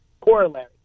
corollary